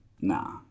Nah